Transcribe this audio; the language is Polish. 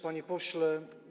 Panie Pośle!